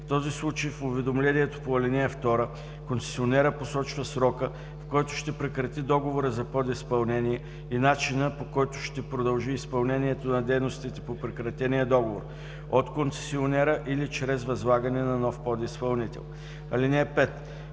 В този случай в уведомлението по ал. 2 концесионерът посочва срока, в който ще прекрати договора за подизпълнение и начина, по който ще продължи изпълнението на дейностите по прекратения договор – от концесионера или чрез възлагане на нов подизпълнител. (5)